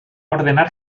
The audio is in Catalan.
ordenar